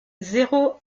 zéro